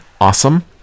awesome